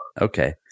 Okay